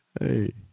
Hey